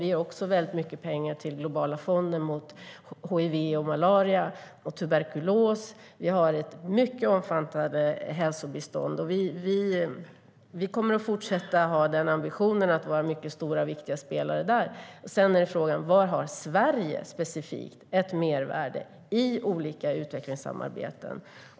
Det finns också mycket pengar till Globala fonden mot hiv, malaria och tuberkulos, och det finns ett mycket omfattande hälsobistånd. Vi kommer att fortsätta att ha ambitionen att vara mycket stora och viktiga spelare där.Frågan är sedan vilket mervärde som finns specifikt för Sverige i olika utvecklingssamarbeten.